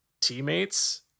teammates